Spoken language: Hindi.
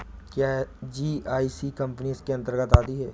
क्या जी.आई.सी कंपनी इसके अन्तर्गत आती है?